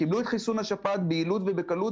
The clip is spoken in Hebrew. קיבלו את החיסון נגד שפעת ביעילות ובקלות,